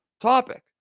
topic